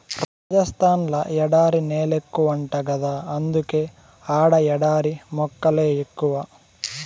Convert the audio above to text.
రాజస్థాన్ ల ఎడారి నేలెక్కువంట గదా అందుకే ఆడ ఎడారి మొక్కలే ఎక్కువ